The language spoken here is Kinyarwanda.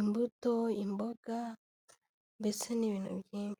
imbuto, imboga mbese n'ibintu byinshi.